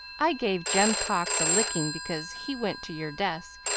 i gave jem cox a licking because he went to your desk.